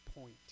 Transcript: point